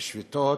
בשביתות,